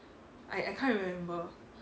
I I can't remember